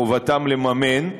חובתם לממן,